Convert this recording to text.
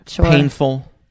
painful